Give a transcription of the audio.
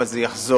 אבל זה יחזור.